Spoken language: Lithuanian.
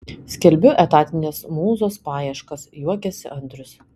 skelbiu etatinės mūzos paieškas juokiasi andrius